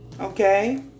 Okay